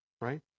right